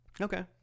okay